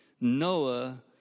Noah